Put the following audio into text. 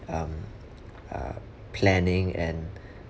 um uh planning and